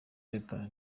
leta